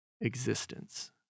existence